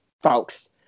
folks